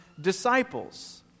disciples